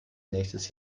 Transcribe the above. nächstes